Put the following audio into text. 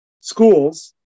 schools